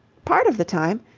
part of the time.